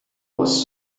was